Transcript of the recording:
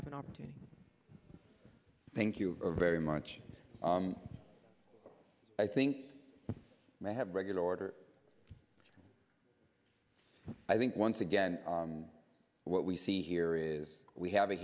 have an opportunity thank you very much i think i have regular order i think once again what we see here is we have a